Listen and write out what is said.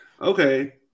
Okay